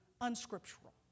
unscriptural